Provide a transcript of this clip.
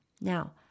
Now